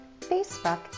facebook